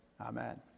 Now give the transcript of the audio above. Amen